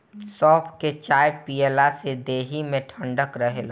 सौंफ के चाय पियला से देहि में ठंडक रहेला